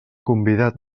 convidat